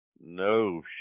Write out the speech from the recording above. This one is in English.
No